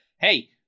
hey